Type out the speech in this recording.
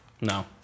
No